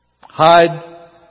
Hide